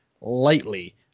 lightly